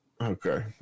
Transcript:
Okay